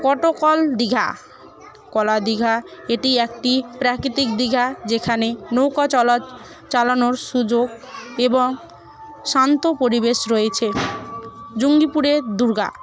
কটকল দীঘা কলা দীঘা এটি একটি প্রাকৃতিক দীঘা যেখানে নৌকা চলা চালানোর সুযোগ এবং শান্ত পরিবেশ রয়েছে জঙ্গিপুরে দুর্গা